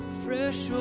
fresh